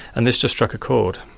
and this just struck a chord.